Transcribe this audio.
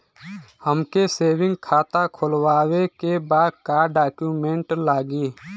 हमके सेविंग खाता खोलवावे के बा का डॉक्यूमेंट लागी?